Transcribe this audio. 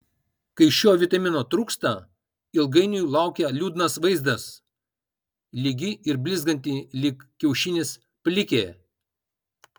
kai šio vitamino trūksta ilgainiui laukia liūdnas vaizdas lygi ir blizganti lyg kiaušinis plikė